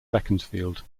beaconsfield